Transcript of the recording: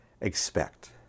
expect